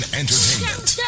entertainment